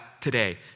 today